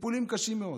טיפולים קשים מאוד,